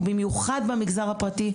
ובמיוחד במגזר הפרטי.